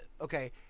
okay